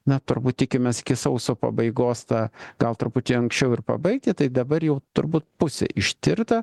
na turbūt tikimės iki sausio pabaigos tą gal truputį anksčiau ir pabaigti tai dabar jau turbūt pusė ištirta